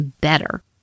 better